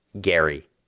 Gary